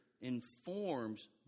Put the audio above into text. informs